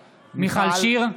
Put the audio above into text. (קורא בשם חברת הכנסת) מיכל שיר סגמן,